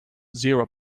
zero